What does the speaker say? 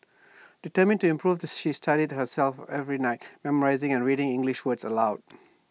determined to improve she studied herself every night memorising and reading English words aloud